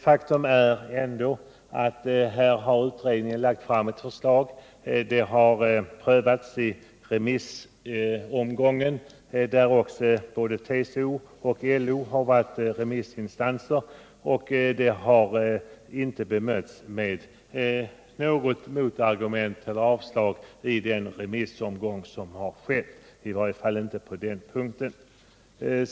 Faktum är ändå att utredningen har lagt fram ett förslag som prövats i en remissomgång, där också både TCO och LO varit remissinstanser. Och förslaget har inte bemötts med något motargument eller avslagskrav i den remissomgång som skett — i varje fall inte på denna punkt.